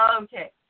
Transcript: Okay